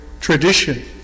tradition